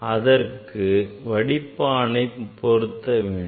அதற்கு வடிப்பானை மாற்றிப் பொருத்த வேண்டும்